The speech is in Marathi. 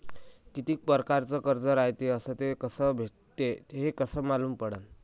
कितीक परकारचं कर्ज रायते अस ते कस भेटते, हे कस मालूम पडनं?